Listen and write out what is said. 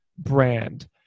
brand